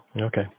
Okay